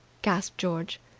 gasped george.